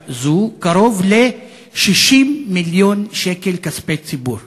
זו קרוב ל-60 מיליון שקל כספי ציבור.